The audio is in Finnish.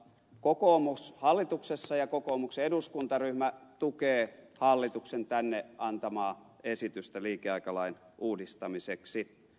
kokoomus hallituksessa ja kokoomuksen eduskuntaryhmä tukee hallituksen tänne antamaa esitystä liikeaikalain uudistamiseksi